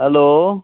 hello